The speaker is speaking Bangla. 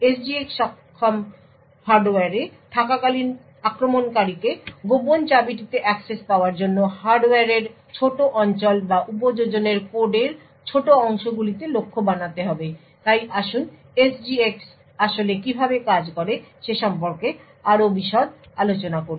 SGX সক্ষম হার্ডওয়্যারে থাকাকালীন আক্রমণকারীকে গোপন চাবিটিতে অ্যাক্সেস পাওয়ার জন্য হার্ডওয়্যারের ছোট অঞ্চল বা উপযোজনের কোডের ছোট অংশগুলিকে লক্ষ্য বানাতে হবে তাই আসুন SGX আসলে কীভাবে কাজ করে সে সম্পর্কে আরও বিশদ আলোচনা করি